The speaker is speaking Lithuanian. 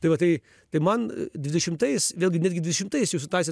tai va tai tai man dvidešimtais vėlgi netgi dvidešimtais jau situacija